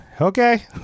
okay